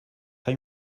what